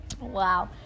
Wow